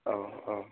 औ औ